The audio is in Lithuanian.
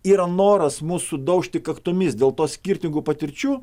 yra noras mus sudaužti kaktomis dėl to skirtingų patirčių